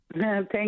Thank